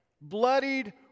Bloodied